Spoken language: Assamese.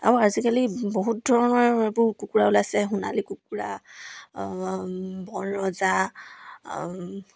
আৰু আজিকালি বহুত ধৰণৰ এইবোৰ কুকুৰা ওলাইছে সোণালী কুকুৰা বন ৰজা